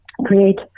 create